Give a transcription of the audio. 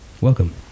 welcome